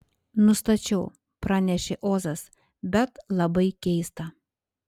nustačiau pranešė ozas bet labai keista